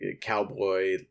cowboy